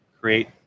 create